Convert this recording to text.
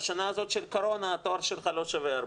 בשנה הזאת של קורונה התואר שלך לא שווה הרבה.